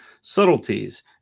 subtleties